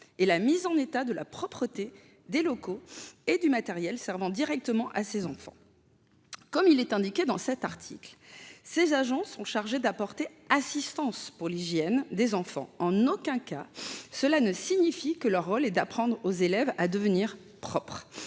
et la mise en état de la propreté des locaux et du matériel servant directement à ces enfants ». Comme, il est indiqué dans cet article, ces agents sont chargés d’apporter assistance pour l’hygiène des enfants. En aucun cas, cela ne signifie que leur rôle est d’apprendre aux élèves à devenir propres.